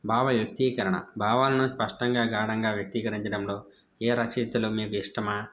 భావ వ్యక్తీకరణ భావాలను స్పష్టంగా ఘాడంగా వ్యక్తీకరించడంలో ఏ రచయితులు మీకు ఇష్టమా